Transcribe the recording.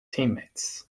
teammates